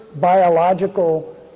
biological